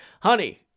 honey